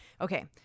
okay